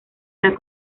las